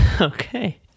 Okay